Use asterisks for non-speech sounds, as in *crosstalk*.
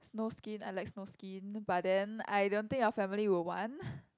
snow skin I like snow skin but then I don't think your family would want *breath*